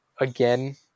again